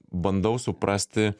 bandau suprasti